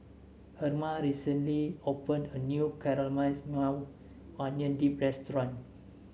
Herma recently opened a new Caramelized Maui Onion Dip restaurant